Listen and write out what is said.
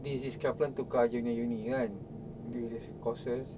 this is kaplan tukar dia punya uni kan with these courses